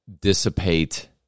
dissipate